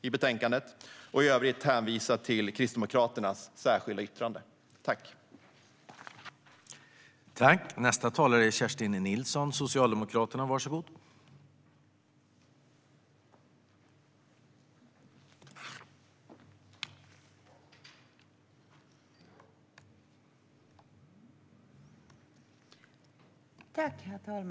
I övrigt hänvisar jag till Kristdemokraternas särskilda yttrande i betänkandet.